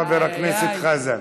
חבר הכנסת חזן.